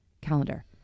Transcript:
calendar